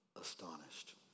astonished